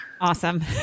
Awesome